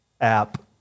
app